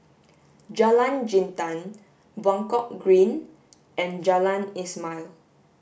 Jalan Jintan Buangkok Green and Jalan Ismail